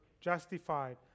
justified